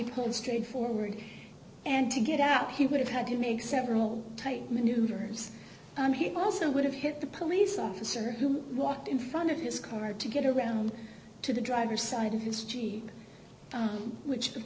people straightforward and to get out he would have had to make several take maneuvers and here also would have hit the police officer who walked in front of his car to get around to the driver's side of his cheek which of